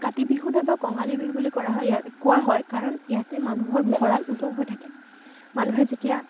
কাতি বিহু নাইবা কঙালী বিহু বুলি কৰা হয় কোৱা হয় কাৰণ ইয়াতে মানুহৰ ভঁৰাল উদং হৈ থাকে মানুহে যেতিয়া